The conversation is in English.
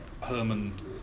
Herman